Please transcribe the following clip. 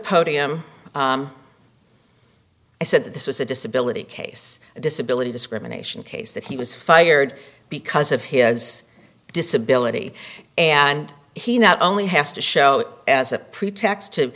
podium i said that this was a disability case disability discrimination case that he was fired because of his disability and he not only has to show it as a pretext to